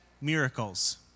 miracles